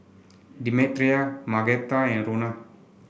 Demetria Margaretta and Rona